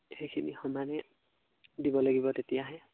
সেইখিনি সমানে দিব লাগিব তেতিয়াহে